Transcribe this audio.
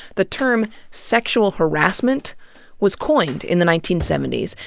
the term sexual harassment was coined in the nineteen seventy s,